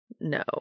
No